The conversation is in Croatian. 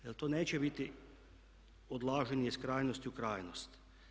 Jer to neće biti odlaženje iz krajnosti u krajnost.